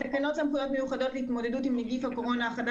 שלום לכולם,